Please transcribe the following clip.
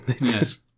Yes